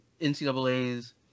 NCAA's